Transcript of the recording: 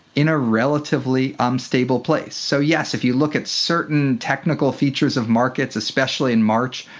in a relatively unstable place. so yes, if you look at certain technical features of markets, especially in march,